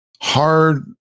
hard